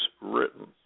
written